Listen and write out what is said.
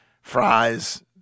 fries